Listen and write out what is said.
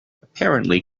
apparently